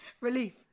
relief